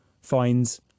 finds